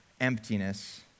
emptiness